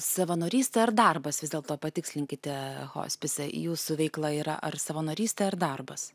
savanorystė ar darbas vis dėlto patikslinkite hospise jūsų veikla yra ar savanorystė ar darbas